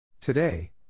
Today